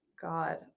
God